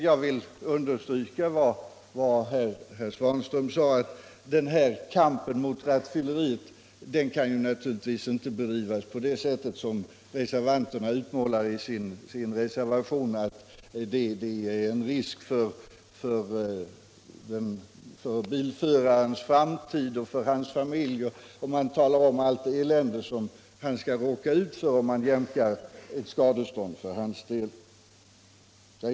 Jag vill understryka vad herr Svanström sade, nämligen att kampen mot rattfylleriet via skadeståndsjämkning naturligtvis inte kan bedrivas på det sätt som reservanterna utmålar i sin reservation: jämkning får enligt vår uppfattning inte leda till orimliga konsekvenser för bilförarens framtid och för hans familj.